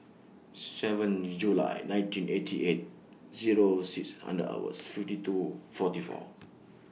seven July nineteen eighty eight Zero six and hours fifty two forty four